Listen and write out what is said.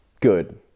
good